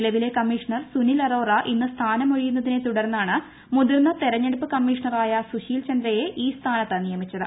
നിലവിലെ കമ്മീഷണർ സുനിൽ അറോറ ഇന്ന് സ്ഥാനമൊഴിയുന്നതിനെ തുടർന്നാണ് നിയ മുതിർന്ന തെരഞ്ഞെടുപ്പ് കമ്മീഷണറായ സുശീൽ ചന്ദ്രയെ ഈ സ്ഥാനത്ത് നിയമിച്ചത്